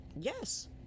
yes